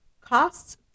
costs